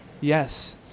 yes